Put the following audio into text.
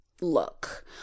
look